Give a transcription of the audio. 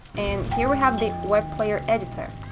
and here we have the web player editor.